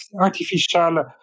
artificial